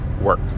work